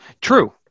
True